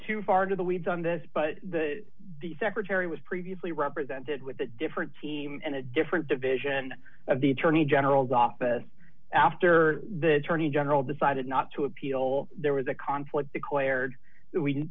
too far into the weeds on this but the the secretary was previously represented with a different team and a different division of the attorney general's office after the attorney general decided not to appeal there was a conflict